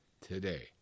today